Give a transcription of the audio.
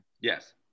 Yes